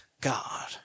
God